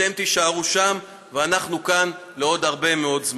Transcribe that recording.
אתם תישארו שם ואנחנו כאן עוד הרבה מאוד זמן.